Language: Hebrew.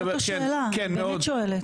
זאת השאלה, אני באמת שואלת.